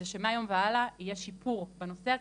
זה שמהיום והלאה יהיה שיפור בנושא הזה,